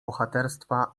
bohaterstwa